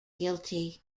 guilty